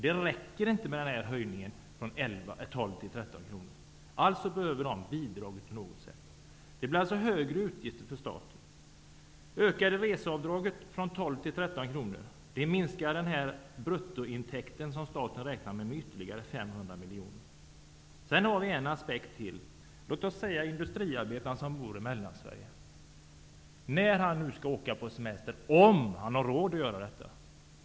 Det räcker inte med höjningen av reseavdraget från 12 till 13 kr. De behöver alltså få bidrag på något sätt. Utgifterna blir alltså större för staten. Det ökade reseavdraget från 12 till 13 kr minskar den av staten beräknade bruttointäkten med ytterligare Ytterligare en aspekt finns. Föreställ er att en industriarbetare, som bor i Mellansverige, skall åka på semester - om han har råd att göra det.